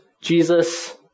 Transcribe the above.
Jesus